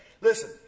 listen